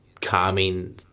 calming